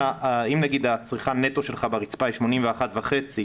האף האמור בסעיף 71(א)(11),